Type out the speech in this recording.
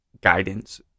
guidance